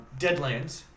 Deadlands